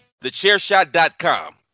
thechairshot.com